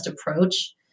approach